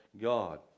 God